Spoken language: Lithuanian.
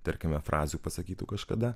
tarkime frazių pasakytų kažkada